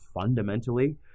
fundamentally